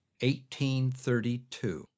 1832